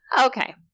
Okay